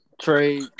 Trade